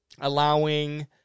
allowing